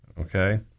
okay